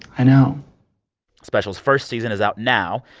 i know special's first season is out now.